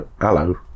hello